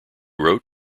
wrote